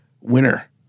winner